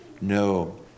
No